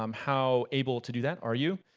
um how able to do that are you?